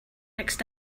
next